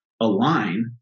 align